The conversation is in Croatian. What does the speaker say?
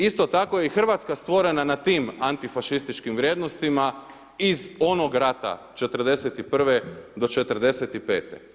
Isto tako i Hrvatska stvorena na tim antifašističkim vrijednostima iz onog rata 1941. do 1945.